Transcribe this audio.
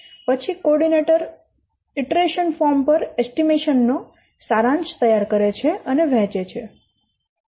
પછી coordinator iteration form પર estimation નો સારાંશ તૈયાર કરે છે અને વહેંચે છે